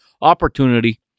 opportunity